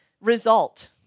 result